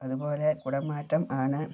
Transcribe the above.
അതുപോലെ കുടമാറ്റം ആണ്